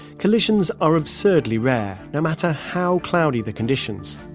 collisions are absurdly rare, no matter how cloudy the conditions.